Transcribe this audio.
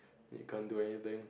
you can't do anything